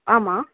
ஆமாம்